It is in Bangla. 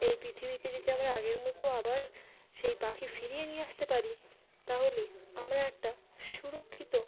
এই পৃথিবীতে যদি আমরা আগের মতো আবার সেই পাখি ফিরিয়ে নিয়ে আসতে পারি তাহলে আমরা একটা সুরক্ষিত